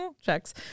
checks